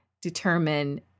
determine